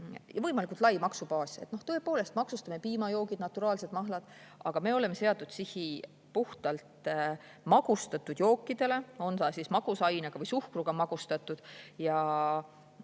võimalikult lai maksubaas, tõepoolest, maksustame ka piimajoogid, naturaalsed mahlad. Aga me oleme seadnud sihi puhtalt magustatud jookidele, on need siis magusainega või suhkruga magustatud,